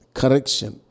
correction